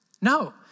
No